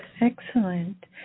Excellent